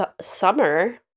summer